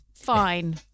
Fine